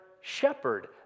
shepherd